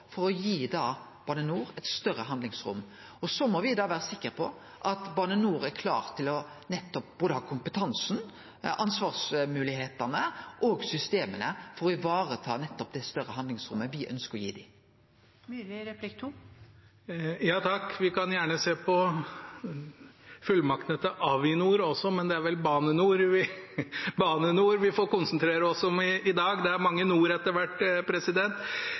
for å gi Bane NOR eit større handlingsrom. Så må me vere sikre på at Bane NOR har både kompetansen, ansvarsmoglegheitene og systema for å kunne vareta det større handlingsrommet me ønskjer å gi dei. Vi kan gjerne se på fullmaktene til Avinor også, men det er vel Bane NOR vi får konsentrere oss om i dag – det er mange «nor» etter hvert!